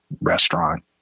restaurant